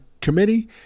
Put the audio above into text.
committee